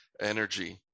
energy